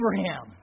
Abraham